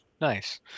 Nice